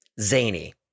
Zany